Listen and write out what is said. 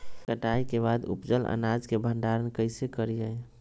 कटाई के बाद उपजल अनाज के भंडारण कइसे करियई?